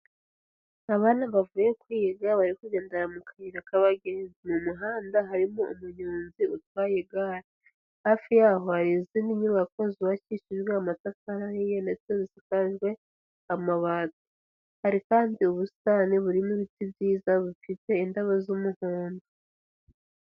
Abana bavuye kwiga bari kugendera mu kayira k'abagenzi mu muhanda harimo umunyonzi utwaye igare, hafi yaho hari izindi nyubako zubabakishijwe amatafarihi ye ndetse zisakajwe amabati, hari kandi ubusitani burimo ibiti byiza bifite indabo z'umuhondo.